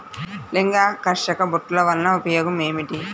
లింగాకర్షక బుట్టలు వలన ఉపయోగం ఏమిటి?